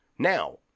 Now